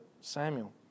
Samuel